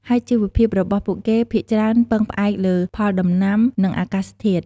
ហើយជីវភាពរបស់ពួកគេភាគច្រើនពឹងផ្អែកលើផលដំណាំ និងអាកាសធាតុ។